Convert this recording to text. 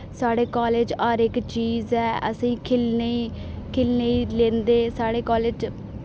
साढ़े कालेज हर इक चीज ऐ असें खेढने ई खेढने ई लेंदे साढ़े कालेज च